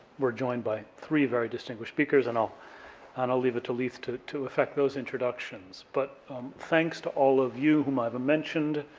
we're joined by three very distinguished speakers, and i'll and i'll leave it to leith to to affect those introductions, but thanks to all of you whom i have mentioned,